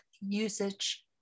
usage